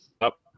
up